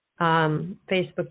Facebook